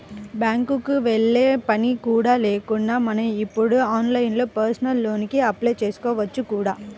బ్యాంకుకి వెళ్ళే పని కూడా లేకుండా మనం ఇప్పుడు ఆన్లైన్లోనే పర్సనల్ లోన్ కి అప్లై చేసుకోవచ్చు కూడా